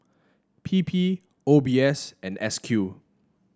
P P O B S and S Q